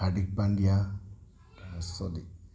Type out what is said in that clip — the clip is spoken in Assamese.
হাৰ্দিক পাণ্ডিয়া তাৰপিছত